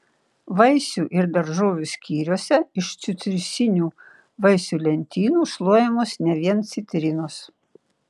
vaisių ir daržovių skyriuose iš citrusinių vaisių lentynų šluojamos ne vien citrinos